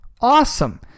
Awesome